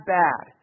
bad